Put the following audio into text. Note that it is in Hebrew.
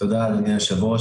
תודה, אדוני היושב-ראש.